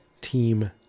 team